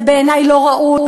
זה בעיני לא ראוי,